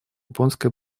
японское